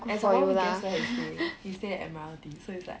and some more you guess where he stay he stay at admiralty so it's like